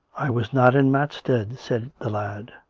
i was not in matstead, said the lad.